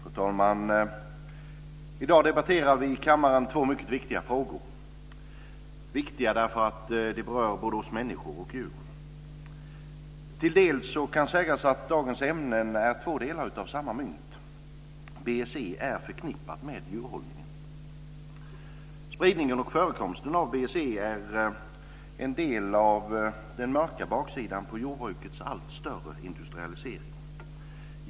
Fru talman! I dag debatterar vi i kammaren två mycket viktiga frågor. De är viktiga därför att de berör både oss människor och djuren. Till dels kan sägas att dagens ämnen är två sidor av samma mynt. BSE är förknippat med djurhållningen. Spridningen och förekomsten av BSE är en del av den mörka baksidan på jordbrukets allt större industrialisering.